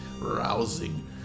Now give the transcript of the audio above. rousing